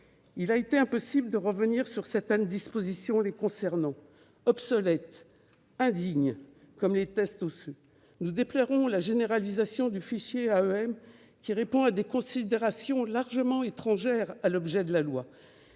Il a été impossible de revenir sur certaines dispositions les concernant, obsolètes et indignes, comme les tests osseux. Nous déplorons non seulement la généralisation du fichier AEM, qui répond à des considérations largement étrangères à l'objet de ce